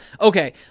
Okay